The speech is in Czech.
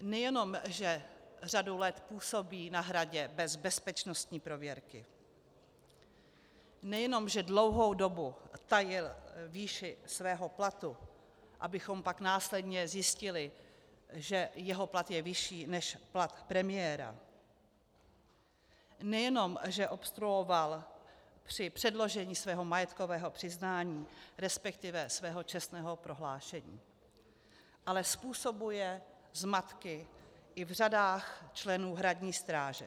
Nejenom že řadu let působí na Hradě bez bezpečnostní prověrky, nejenom že dlouhou dobu tajil výši svého platu, abychom pak následně zjistili, že jeho plat je vyšší než plat premiéra, nejenom že obstruoval při předložení svého majetkového přiznání, resp. svého čestného prohlášení, ale způsobuje zmatky i v řadách členů hradní stráže.